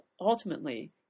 ultimately